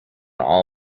all